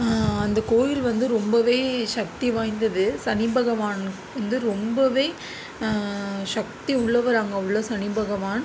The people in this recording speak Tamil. அந்த கோயில் வந்து ரொம்பவே சக்தி வாய்ந்தது சனிபகவான் வந்து ரொம்பவே சக்தி உள்ளவர் அங்கே உள்ள சனிபகவான்